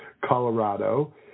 Colorado